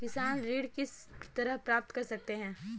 किसान ऋण किस तरह प्राप्त कर सकते हैं?